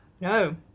No